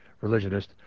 religionist